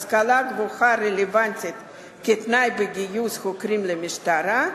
השכלה גבוהה רלוונטית כתנאי לגיוס חוקרים למשטרה,